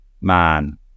Man